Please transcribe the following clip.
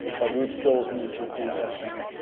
but you would still need to do testing